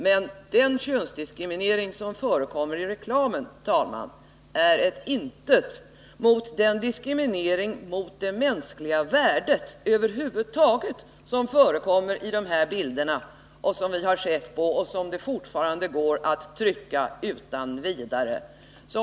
Men den könsdiskriminering som förekommer i reklamen, herr talman, är ett intet mot den diskriminering av det mänskliga värdet över huvud taget som förekommer i de här bilderna som vi har sett på — och som det fortfarande går bra att trycka utan vidare.